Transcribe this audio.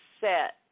set